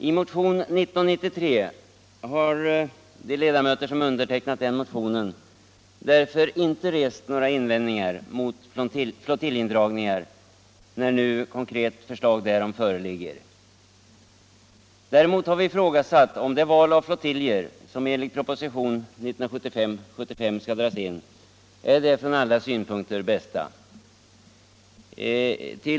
De ledamöter som har undertecknat motionen 1993 har därför i motionen inte rest några invändningar mot flottiljindragningar, när nu ett konkret förslag därom föreligger, däremot har vi ifrågasatt om det val av flottiljer som enligt propositionen 1975:75 skall dras in är det från alla synpunkter bästa.